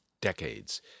decades